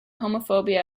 homophobia